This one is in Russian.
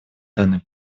данный